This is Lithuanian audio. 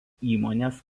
įmonės